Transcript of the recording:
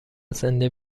زنده